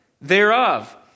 thereof